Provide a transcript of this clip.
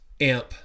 amp